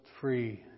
free